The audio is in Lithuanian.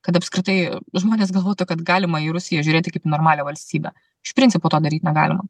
kad apskritai žmonės galvotų kad galima į rusiją žiūrėti kaip į normalią valstybę iš principo to daryt negalima